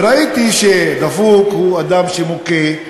וראיתי שדפוק הוא אדם שמוכה,